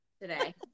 today